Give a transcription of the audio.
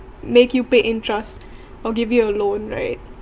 make you pay interest or give you a loan right